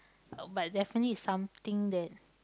uh but definitely is something that